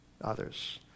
others